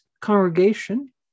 congregation